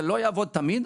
זה לא יעבוד תמיד,